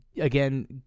again